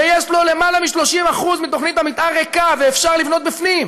ויש לו למעלה מ-30% מתוכנית המתאר ריקה ואפשר לבנות בפנים,